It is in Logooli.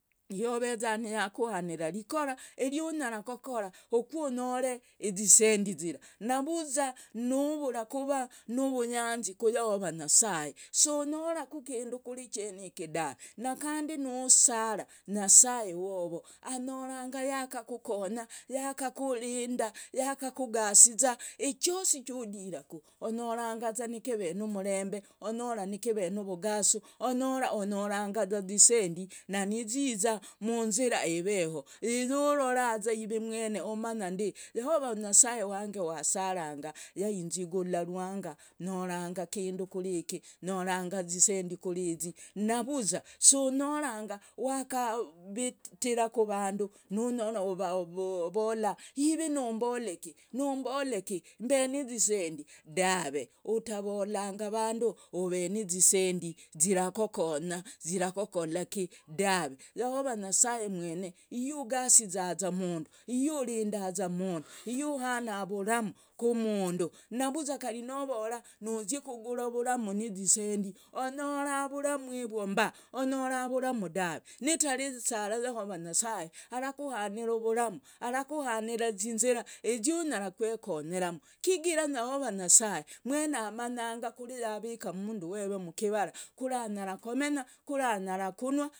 Niye aveza niyakukuhanira rikora, riunyara kukora konyora zisendi zira. Navuza nuvura kuva nuvuyanzi ku yahova nyasaye si unyoraku kindu kuri cheniki dave. Na kandi nusara nyasaye wovo, anyoranga yakakukonya, yakakurinda, yakakugasiza ichosi chudiraku. Onyorangaza nikive numurembe, onyora nikive nuvugasu, onyora onyorangaza zisendi na niziza munzira eveho, iriuroraza ive mwene. Umanyandi yahova nyasaye wange wasaranga yainzigula rwanga nyoranga kindu kuri yiki, nyoranga zisendi kuri yizi. Navuza si unyoranga wakavitira kuvandu nonyora uvavola ive numbole ki, numbole ki mbe nizisendi, dave. Utavolanga vandu ove nizisendi zirakukonya, zirakukola ki dave. Yahova nyasaye mwene niye ugasiza mundu, niye urindaza mundu, niye uhana vuramu kumundu. Navuza kari novora nuzie kugura vuramu nizisendi onyora vuramu yivwo mba, onyora vuramu dave. Nitari sara yahova nyasaye arakuhanira vuramu, arakuhanira zinzira iziunyara kwekonyeramu. Kigira yahova nyasaye mwene amanyanga kuri yavika mundu weve mukivara, kuri anyara komenya, kuri anyara kunwa.